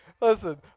listen